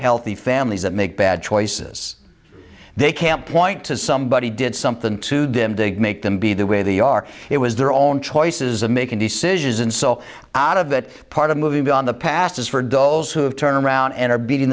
healthy families that make bad choices they can't point to somebody did something to dim big make them be the way they are it was their own choices of making decisions and so out of that part of moving beyond the past as for those who have turned around and are beating